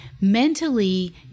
mentally